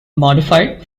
modified